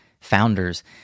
founders